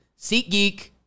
SeatGeek